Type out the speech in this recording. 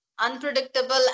unpredictable